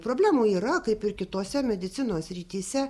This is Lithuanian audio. problemų yra kaip ir kitose medicinos srityse